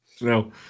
No